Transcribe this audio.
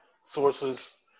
sources